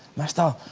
meister. oh,